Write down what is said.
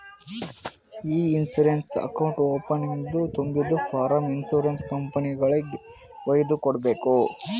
E insurance account ಓಪನಿಂಗ್ದು ತುಂಬಿದು form insurance ಕಂಪನಿಗೆಗ್ ವೈದು ಕೊಡ್ಬೇಕ್